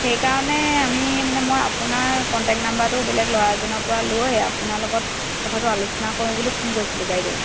সেইকাৰণে আমি মানে মই আপোনাৰ কণ্টেক্ট নম্বৰটো বেলেগ ল'ৰা এজনৰ পৰা লৈ আপোনাৰ লগত কথাটো আলোচনা কৰোঁ বুলি ফোন কৰিছিলোঁ বাইদেউ